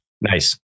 Nice